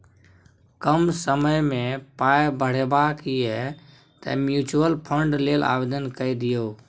कम समयमे पाय बढ़ेबाक यै तँ म्यूचुअल फंड लेल आवेदन कए दियौ